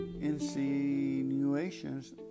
insinuations